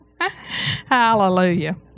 Hallelujah